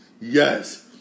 Yes